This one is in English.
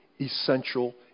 essential